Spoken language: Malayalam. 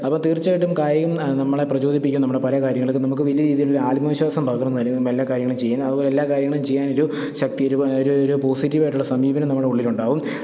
അപ്പോൾ തീര്ച്ചയായിട്ടും കായികം നമ്മളെ പ്രചോദിപ്പിക്കും നമ്മുടെ പല കാര്യങ്ങള്ക്കും നമുക്ക് വലിയ രീതിയിലൊരു ആത്മ വിശ്വാസം പകര്ന്നു നല്കും എല്ലാ കാര്യങ്ങളും ചെയ്യാന് അതുപോലെ എല്ലാ കാര്യങ്ങളും ചെയ്യാനൊരു ശക്തി ഒരു ഒരു ഒരു പോസിറ്റീവായിട്ടുള്ള സമീപനം നമ്മളെ ഉള്ളിലുണ്ടാകും